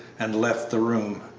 and left the room.